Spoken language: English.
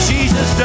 Jesus